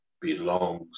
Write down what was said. belongs